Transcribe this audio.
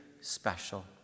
special